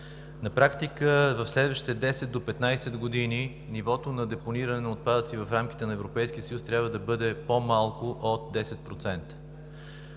На практика в следващите 10 до 15 години нивото на депониране на отпадъци в рамките на Европейския съюз трябва да бъде по-малко от 10%.